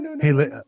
Hey